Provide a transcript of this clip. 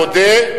מודה,